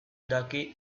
daki